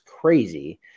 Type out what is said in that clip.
crazy